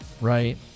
right